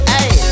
Hey